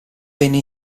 venne